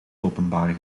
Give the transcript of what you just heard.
openbaar